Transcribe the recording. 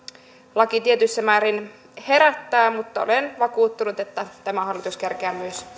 laki tietyssä määrin herättää mutta olen vakuuttunut että tämä hallitus kerkeää myös